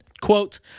quote